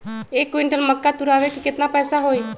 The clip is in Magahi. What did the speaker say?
एक क्विंटल मक्का तुरावे के केतना पैसा होई?